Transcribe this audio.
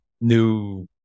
new